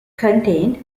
contained